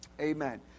Amen